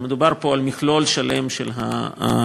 מדובר פה על מכלול שלם של הפרויקטים.